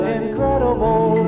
incredible